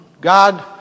God